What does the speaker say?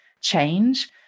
change